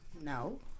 No